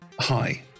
Hi